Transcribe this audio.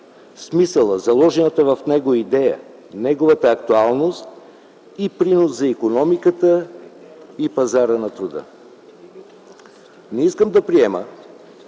смисъла, заложената в него идея, неговата актуалност и приноса за икономиката и за пазара на труда. Не искам да приема,